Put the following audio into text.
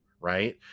right